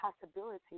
possibility